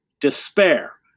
despair